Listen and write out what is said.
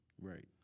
Right